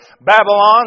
Babylon